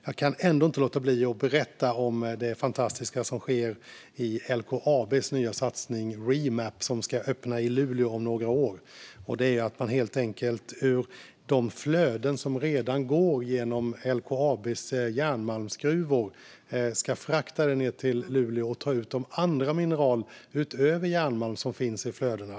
Jag kan ändå inte låta bli att berätta om det fantastiska som sker i LKAB:s nya satsning Reemap, som ska öppna i Luleå om några år. Man ska helt enkelt frakta de flöden som redan går genom LKAB:s järnmalmsgruvor ned till Luleå och ta ut de andra mineral utöver järnmalm som finns i flödena.